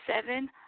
Seven